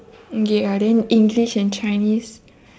ya then english and chinese